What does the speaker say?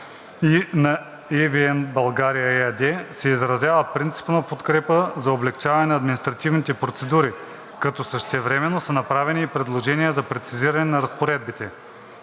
и на „ЕВН България“ ЕАД се изразява принципна подкрепа за облекчаване на административните процедури, като същевременно са направени и предложения за прецизиране на разпоредбите.